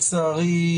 לצערי,